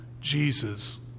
Jesus